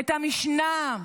את המשנה,